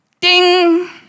ding